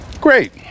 Great